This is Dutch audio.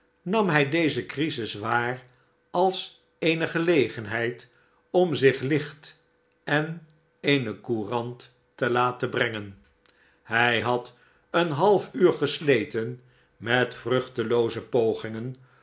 nam hij deze crisis waar als eene gelegenheid om zich licht en eene courant te laten brengen hij had een half uur gesleten met vruchtelooze pogingen